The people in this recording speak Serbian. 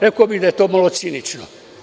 Rekao bih da je to malo cinično.